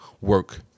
work